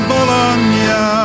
Bologna